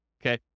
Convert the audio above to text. okay